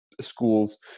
schools